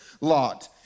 lot